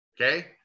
Okay